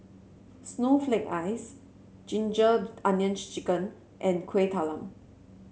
Snowflake Ice Ginger Onions chicken and Kueh Talam